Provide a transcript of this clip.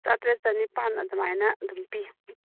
ꯆꯇꯔꯦꯠ ꯆꯅꯤꯄꯥꯜ ꯑꯗꯨꯃꯥꯏꯅ ꯑꯗꯨꯝ ꯄꯤ